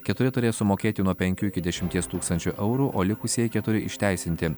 keturi turės sumokėti nuo penkių iki dešimties tūkstančių eurų o likusieji keturi išteisinti